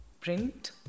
print